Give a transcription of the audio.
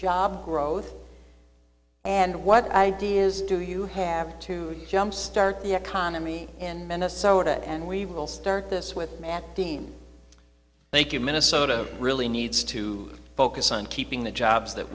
job growth and what ideas do you have to jumpstart the economy and minnesota and we will start this with matt dean thank you minnesota really needs to focus on keeping the jobs that